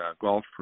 golf